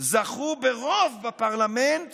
זכו ברוב בפרלמנט